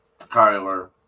Kyler